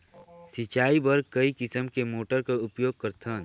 सिंचाई बर कई किसम के मोटर कर उपयोग करथन?